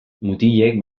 mutilek